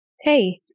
Hey